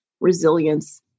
resilience